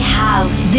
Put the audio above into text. house